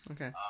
Okay